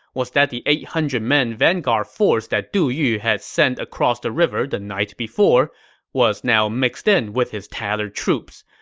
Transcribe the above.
was that the eight hundred men vanguard force that du yu had snuck across the river the night before was now mixed in with his tattered troops.